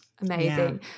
amazing